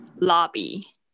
lobby